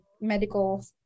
medical